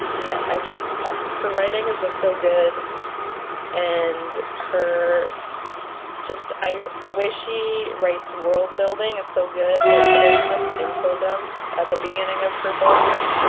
yeah i just ah her writing is just so good and her just the way she writes world-building is so good like she doesn't just info-dump at the beginning of her books,